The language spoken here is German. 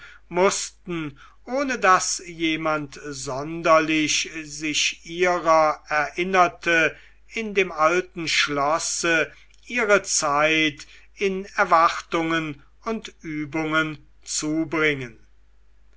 mußten ohne daß jemand sonderlich sich ihrer erinnerte in dem alten schlosse ihre zeit in erwartungen und übungen zubringen